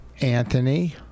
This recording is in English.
Anthony